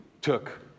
took